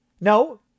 No